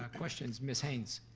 ah questions, miss haynes.